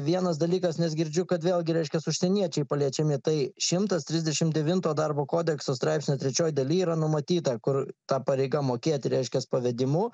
vienas dalykas nes girdžiu kad vėlgi reiškias užsieniečiai paliečiami tai šimtas trisdešimt devinto darbo kodekso straipsnio trečioj daly yra numatyta kur ta pareiga mokėti reiškias pavedimu